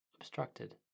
obstructed